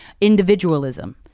Individualism